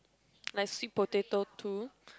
like sweet potato too